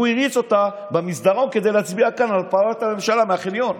והוא הריץ אותה במסדרון כדי להצביע כאן על הפלת הממשלה מהחניון,